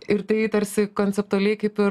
ir tai tarsi konceptualiai kaip ir